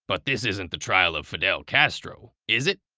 but this isn't the trial of fidel castro, is it?